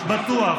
להתפטר.